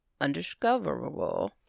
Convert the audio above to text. undiscoverable